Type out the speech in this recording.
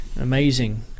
amazing